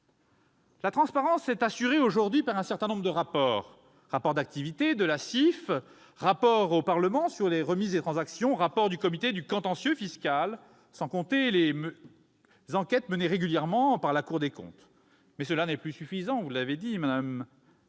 la transparence est assurée par un certain nombre de rapports- rapport d'activité de la CIF, rapport au Parlement sur les remises et transactions, rapport du Comité du contentieux fiscal, douanier et des changes -, et ce sans compter les enquêtes menées régulièrement par la Cour des comptes. Ce n'est plus suffisant, vous l'avez dit, madame